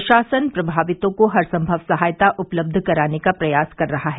प्रशासन प्रभावितों को हर संभव सहायता उपलब्ध कराने का प्रयास कर रहा हैं